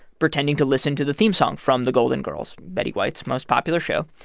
pretending to listen to the theme song from the golden girls betty white's most popular show.